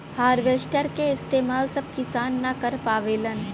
harvester क इस्तेमाल सब किसान न कर पावेलन